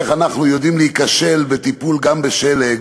איך אנחנו יודעים להיכשל בטיפול גם בשלג,